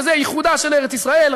וזה איחודה של ארץ-ישראל,